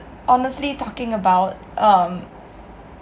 honestly talking about um